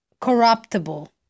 corruptible